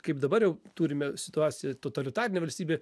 kaip dabar jau turime situaciją totalitarinė valstybė